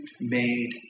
made